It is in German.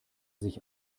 sich